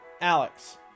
Alex